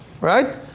right